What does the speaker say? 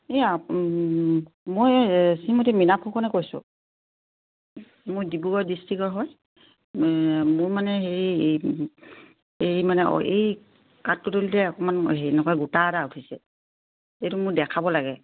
এ এই মই এই শ্ৰীমতী মীনা ফুকনে কৈছোঁ মোৰ ডিব্ৰুগড় ডিষ্ট্ৰিকৰ হয় মোৰ মানে হেৰি এই মানে এই অকণমান হেৰি এনেকুৱা গোটা এটা উঠিছে এইটো মোৰ দেখাব লাগে